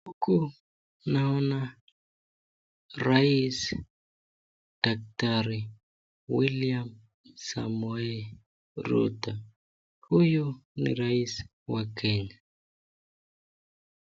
Huku naona rais daktari William Samoei Ruto, huyu ni rais wa kenya.